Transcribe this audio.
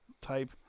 type